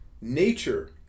nature